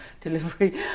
delivery